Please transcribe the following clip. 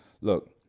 look